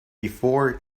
before